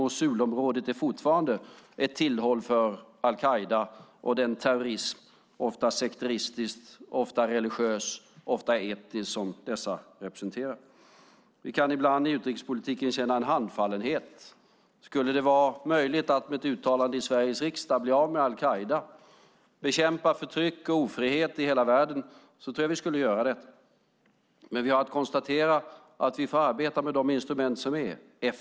Mosulområdet är fortfarande ett tillhåll för al-Qaida och den terrorism, ofta sekteristisk, religiös och etnisk, som dessa representerar. Vi kan ibland i utrikespolitiken känna en handfallenhet. Skulle det vara möjligt att med ett uttalande i Sveriges riksdag bli av med al-Qaida, bekämpa förtryck och ofrihet i hela världen, så tror jag att vi skulle göra det. Men vi har att konstatera att vi får arbeta med de instrument som är.